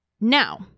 Now